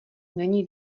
není